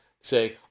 say